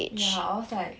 ya I was like